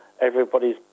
everybody's